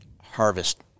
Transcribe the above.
harvest